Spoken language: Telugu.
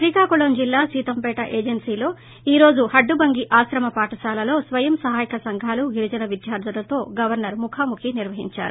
శ్రీకాకుళం జిల్లా సీతంపేట ఏజెన్సీలో ఈ రోజు హడ్డుబంగి ఆశ్రమ పాఠశాలలో స్వయం సహాయక సంఘాలు గిరిజన విద్యార్ధులతో గవర్సర్ ముఖాముఖీ నిర్సహించారు